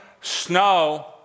Snow